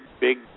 Big